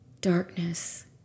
darkness